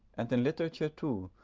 and in literature, too,